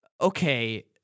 okay